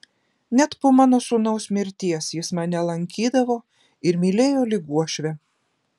net po mano sūnaus mirties jis mane lankydavo ir mylėjo lyg uošvę